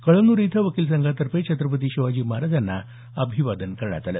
कळमन्री इथं वकील संघातर्फे छत्रपती शिवाजी महाराज यांना अभिवादन करण्यात आलं